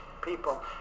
people